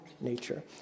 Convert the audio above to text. nature